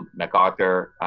macarthur,